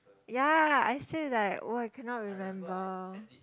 ya I say like oh I cannot remember